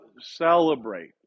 celebrate